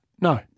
No